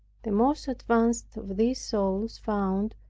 the most advanced of these souls found,